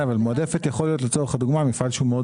אבל מועדפת יכול להיות לצורך הדוגמה מפעל שהוא מאוד